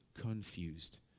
confused